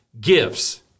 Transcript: gifts